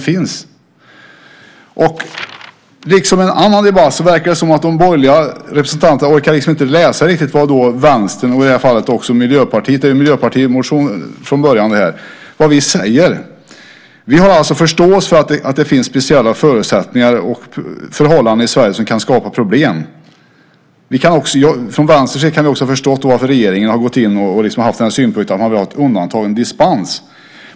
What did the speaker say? Liksom i en annan debatt verkar det också nu som att de borgerliga representanterna inte orkar läsa vad vi säger i Vänstern, och i det här fallet också Miljöpartiet - det är en miljöpartimotion från början. Vi har alltså förståelse för att det finns speciella förutsättningar och förhållanden i Sverige som kan skapa problem. Från Vänsterns sida kan vi också förstå varför regeringen har gått in och haft synpunkten om undantagen dispens.